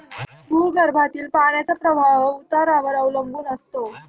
भूगर्भातील पाण्याचा प्रवाह उतारावर अवलंबून असतो